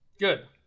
Good